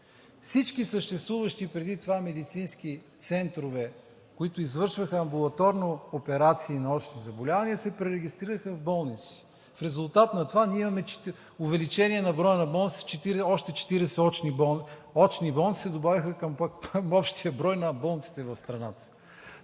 всички съществуващи преди това медицински центрове, които извършваха амбулаторно операции на очни заболявания, се пререгистрираха в болници. В резултат на това ние имаме увеличение на броя на болниците – още 40 очни болници, се добавиха към общия брой на болниците в страната.